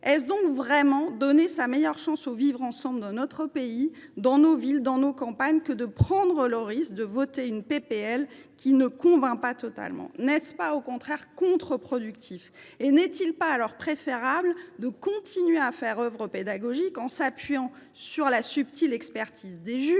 est ce vraiment donner sa meilleure chance au vivre ensemble dans notre pays, dans nos villes et dans nos campagnes que de voter une proposition de loi qui ne convainc pas pleinement ? N’est ce pas, au contraire, contre productif ? Ne serait il pas préférable de continuer de faire œuvre pédagogique en nous appuyant sur la subtile expertise des juges